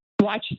watch